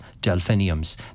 delphiniums